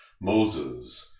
Moses